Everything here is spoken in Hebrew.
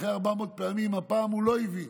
אחרי 400 פעמים, הפעם הוא לא הבין.